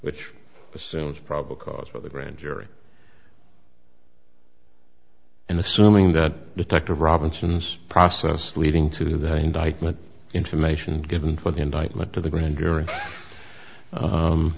which assumes probable cause for the grand jury and assuming that detective robinson's process leading to the indictment information given for the indictment to the grand jury